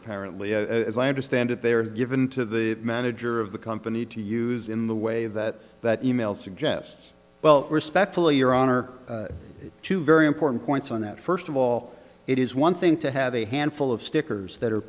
apparently as i understand it they are given to the manager of the company to use in the way that that e mail suggests well respectfully your honor two very important points on that first of all it is one thing to have a handful of stickers that are